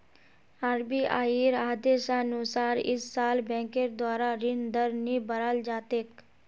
आरबीआईर आदेशानुसार इस साल बैंकेर द्वारा ऋण दर नी बढ़ाल जा तेक